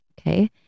Okay